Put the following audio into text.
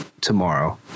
tomorrow